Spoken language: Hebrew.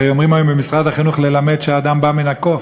הרי אומרים היום במשרד החינוך ללמד שאדם בא מן הקוף.